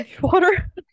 water